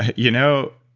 you know,